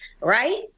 right